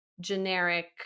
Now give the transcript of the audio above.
generic